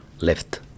left